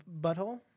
butthole